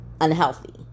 unhealthy